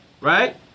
Right